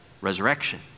Resurrection